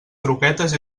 croquetes